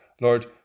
Lord